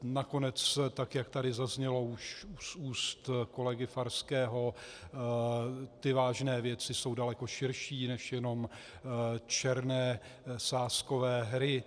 Nakonec tak jak tady zaznělo už z úst kolegy Farského, ty vážné věci jsou daleko širší než jenom černé sázkové hry.